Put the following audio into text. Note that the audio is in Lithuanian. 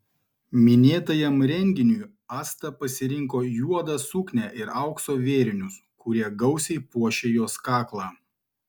minėtajam renginiui asta pasirinko juodą suknią ir aukso vėrinius kurie gausiai puošė jos kaklą